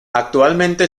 actualmente